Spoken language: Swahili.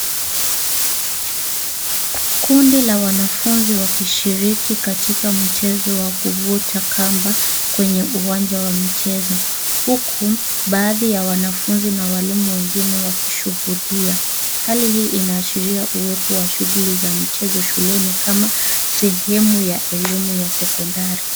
Kundi la wanafunzi wakishiriki katika mchezo wa kuvuta kamba kwenye uwanja wa michezo huku baadhi ya wanafunzi na walimu wengine wakishuhudia. Hali hii inaashiria uwepo wa shughuli za michezo shuleni kama sehemu ya elimu ya sekondari.